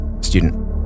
Student